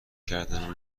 کردنو